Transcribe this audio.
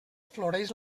floreix